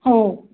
हो